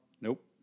Nope